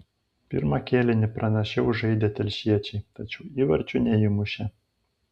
pirmą kėlinį pranašiau žaidė telšiečiai tačiau įvarčių neįmušė